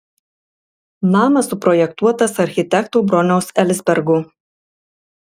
namas suprojektuotas architekto broniaus elsbergo